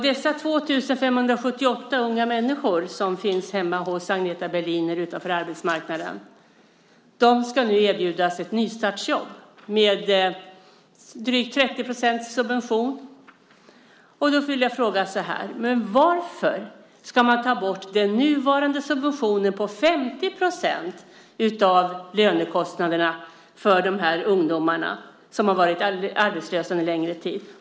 Dessa 2 578 unga människor som hemma hos Agneta Berliner står utanför arbetsmarknaden ska nu erbjudas ett nystartsjobb med drygt 30 % subvention. Då vill jag fråga: Varför ska man ta bort den nuvarande subventionen på 50 % av lönekostnaderna för de här ungdomarna som har varit arbetslösa under en längre tid?